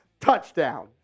touchdown